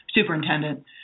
superintendent